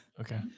okay